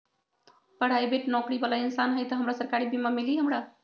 Private नौकरी बाला इंसान हई त हमरा सरकारी बीमा मिली हमरा?